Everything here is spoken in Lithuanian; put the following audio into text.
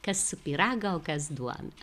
kas pyragą o kas duoną